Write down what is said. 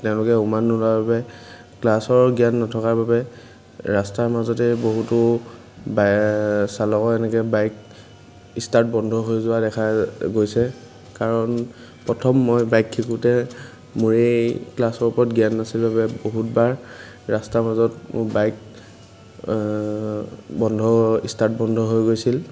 তেওঁলোকে উমান নোলোৱাৰ বাবে ক্লাছৰ জ্ঞান নথকাৰ বাবে ৰাস্তাৰ মাজতে বহুতো বা চালকৰ এনেকৈ বাইক ষ্টাৰ্ট বন্ধ হৈ যোৱা দেখা গৈছে কাৰণ প্ৰথম মই বাইক শিকোঁতে মোৰেই ক্লাছৰ ওপৰত জ্ঞান নাছিল বাবে বহুতবাৰ ৰাস্তাৰ মাজত মোৰ বাইক বন্ধ ষ্টাৰ্ট বন্ধ হৈ গৈছিল